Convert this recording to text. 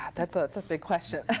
that's a good question.